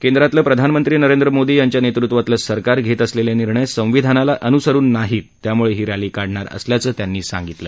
केंद्रातलं प्रधानमंत्री नरेंद्र मोदी यांच्या नेतृत्वातलं सरकार घेत असलेले निर्णय संविधानाला अनुसरून नाहीत त्यामुळे ही रॅली काढणार असल्याचं त्यांनी सांगितलं